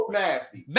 nasty